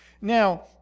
Now